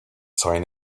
sign